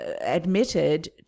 admitted